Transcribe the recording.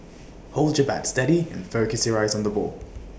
hold your bat steady and focus your eyes on the ball